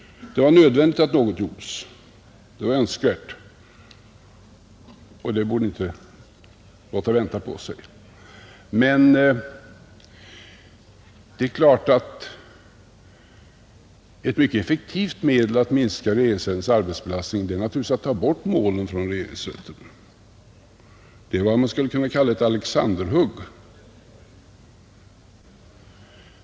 Det var nödvändigt och önskvärt att något gjordes, och åtgärderna borde inte låta vänta på sig. Ett mycket effektivt medel att minska regeringsrättens arbetsbelastning är naturligtvis att flytta bort målen från regeringsrätten. Det är vad man skulle kunna kalla ett Alexanderhugg.